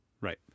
Right